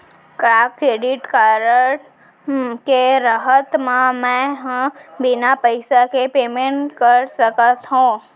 का credit card के रहत म, मैं ह बिना पइसा के पेमेंट कर सकत हो?